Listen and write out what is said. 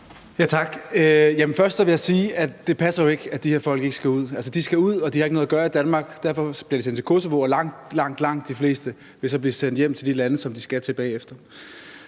Tak. Først vil jeg sige, at det jo ikke passer, at de her folk ikke skal ud. De skal ud, og de har ikke noget at gøre i Danmark. Derfor bliver de sendt til Kosovo, og langt, langt de fleste vil så blive sendt hjem til de lande, som de skal til, bagefter.